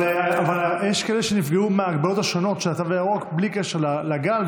אבל יש כאלה שנפגעו מההגבלות השונות של התו הירוק בלי קשר לגל,